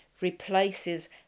replaces